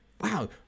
wow